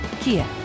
Kia